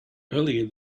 earlier